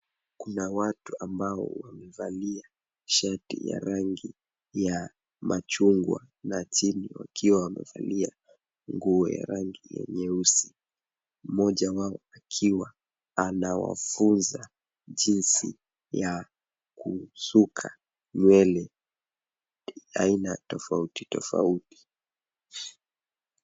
Kuna watu ambao wamevalia shati ya rangi ya machungwa na chini wakiwa wamevalia nguo ya rangi ya nyeusi, mmoja wao akiwa anawafunza jinsi ya kusuka nywele aina tofauti tofauti.